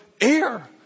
air